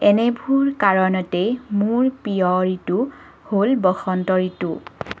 এনেবোৰ কাৰণতেই মোৰ প্ৰিয় ঋতু হ'ল বসন্ত ঋতু